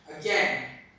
Again